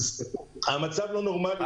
המצב לא נורמלי.